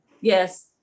Yes